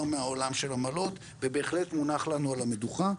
מהעולם של עמלות ובהחלט זה מונח לנו על המדוכה.